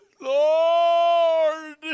Lord